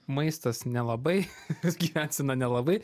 maistas nelabai nes gyvensena nelabai